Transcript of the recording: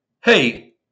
Hey